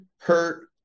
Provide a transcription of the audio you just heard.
hurt